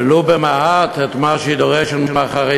ולו במעט, את מה שהיא דורשת מהחרדים,